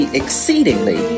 exceedingly